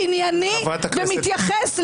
חבר הכנסת בליאק, קריאה שלישית.